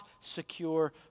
secure